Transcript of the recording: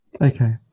Okay